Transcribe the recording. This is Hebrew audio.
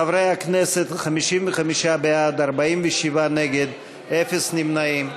חברי הכנסת, 55 בעד, 47 נגד, אין נמנעים.